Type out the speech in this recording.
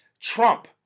Trump